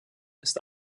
ist